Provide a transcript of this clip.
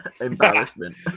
embarrassment